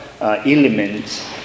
elements